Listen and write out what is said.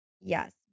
Yes